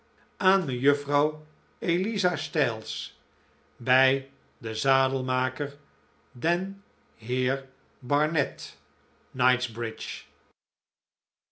aan mejuffrouw eliza styles bij den zadelmaker den heer barnet